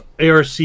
ARC